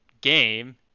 game